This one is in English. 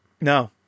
No